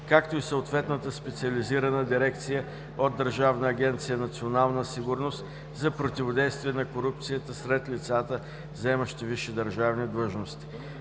както и съответната специализирана дирекция от Държавна агенция „Национална сигурност” за противодействие на корупцията сред лицата, заемащи висши държавни длъжности.